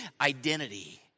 identity